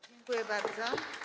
Dziękuję bardzo.